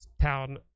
Town